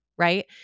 Right